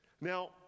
Now